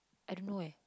I don't know leh